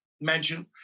mention